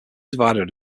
divided